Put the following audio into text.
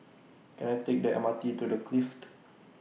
Can I Take The M R T to The Clift